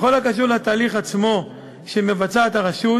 בכל הקשור לתהליך עצמו שמבצעת הרשות,